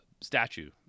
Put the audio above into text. statue